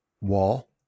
wall